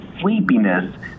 sleepiness